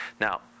Now